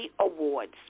Awards